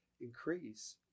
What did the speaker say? increase